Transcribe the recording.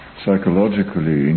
psychologically